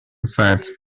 sight